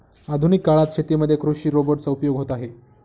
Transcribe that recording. आधुनिक काळात शेतीमध्ये कृषि रोबोट चा उपयोग होत आहे